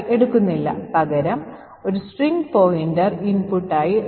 ഇപ്പോൾ ഹെക്സാഡെസിമൽ നൊട്ടേഷനിലെ 2 ന്റെ ASCII മൂല്യം 32 ആണ്